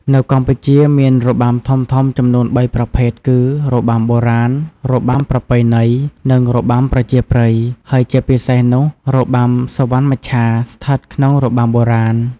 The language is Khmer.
នៅកម្ពុជា មានរបាំធំៗចំនួនបីប្រភេទគឺ របាំបុរាណ របាំប្រពៃណី និងរបាំប្រជាប្រិយ ហើយជាពិសេសនោះ របាំសុវណ្ណមច្ឆាស្ថិតក្នុងរបាំបុរាណ។